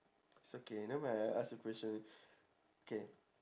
it's okay nevermind I'll ask the question K